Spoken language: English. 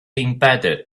embedded